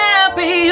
Happy